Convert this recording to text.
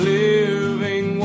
living